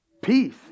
peace